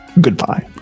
Goodbye